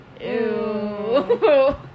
Ew